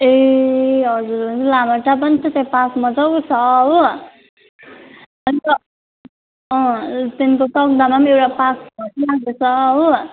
एँ हजुर लामाहट्टा पनि पार्क मजाको छ हो अन्त त्यहाँदेखिको तकदामा पनि एउटा पार्क छ जस्तै लाग्दै छ हो